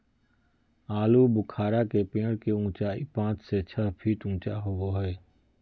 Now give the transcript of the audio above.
आलूबुखारा के पेड़ के उचाई पांच से छह फीट ऊँचा होबो हइ